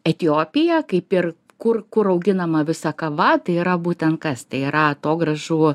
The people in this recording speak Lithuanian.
etiopiją kaip ir kur kur auginama visa kava tai yra būtent kas tai yra atogrąžų